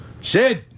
Sid